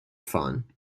fun